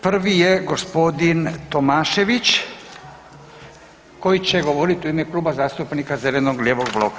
Prvi je gospodin Tomašević koji će govorit u ime Kluba zastupnika zeleno-lijevog bloka.